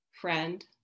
friend